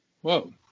Whoa